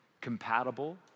compatible